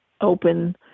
open